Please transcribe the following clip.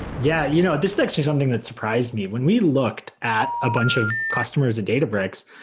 yeah. you know this is actually something that surprised me. when we looked at a bunch of customers of databricks,